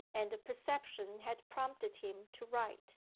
and the perception had prompted him to write.